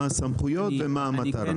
מה הסמכויות ומה המטרה.